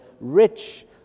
rich